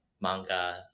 manga